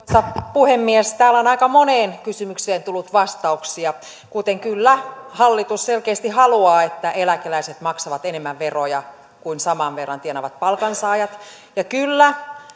puhemies täällä on aika moneen kysymykseen tullut vastauksia kuten kyllä hallitus selkeästi haluaa että eläkeläiset maksavat enemmän veroja kuin saman verran tienaavat palkansaajat ja kyllä